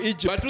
Egypt